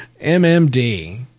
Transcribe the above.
MMD